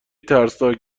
ترسناک